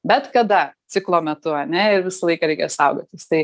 bet kada ciklo metu ane ir visą laiką reikia saugotis tai